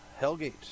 Hellgate